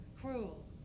cruel